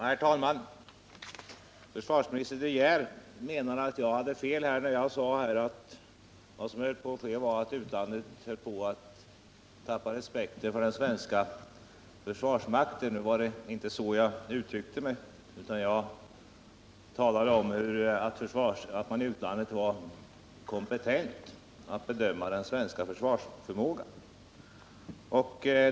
Herr talman! Försvarsminister De Geer menade att jag hade fel när jag sade att vad som håller på att ske är att utlandet tappar respekten för den svenska försvarsmakten. Nu var det emellertid inte så jag uttryckte mig, utan jag talade i stället om att man i utlandet är kompetent att bedöma den svenska försvarsförmågan.